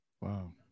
wow